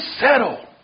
settle